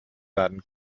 werden